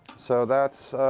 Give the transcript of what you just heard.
so that's